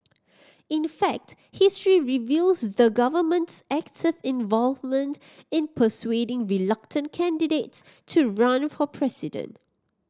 in fact history reveals the government's active involvement in persuading reluctant candidates to run for president